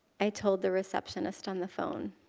i told the receptionist on the phone.